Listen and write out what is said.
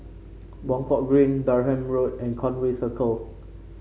Buangkok Green Durham Road and Conway Circle